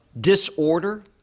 disorder